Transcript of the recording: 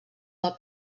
del